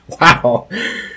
Wow